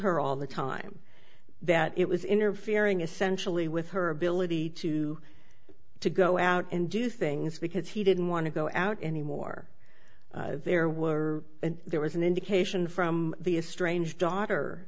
her all the time that it was interfering essentially with her ability to to go out and do things because he didn't want to go out anymore there were and there was an indication from the a strange daughter